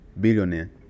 billionaire